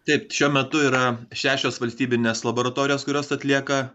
taip šiuo metu yra šešios valstybinės laboratorijos kurios atlieka